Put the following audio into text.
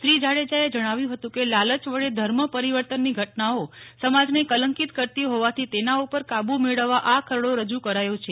શ્રી જાડેજા એ જણાવ્યુ હતું કે લાલય વડે ધર્મ પરિવર્તન ની ઘટનાઓ સમાજને કલંકિત કરતી હોવાથી તેના ઉપર કાબૂ મેળવવા આ ખરડો રજૂ કરાયો છે